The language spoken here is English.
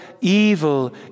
evil